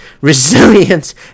resilience